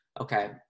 okay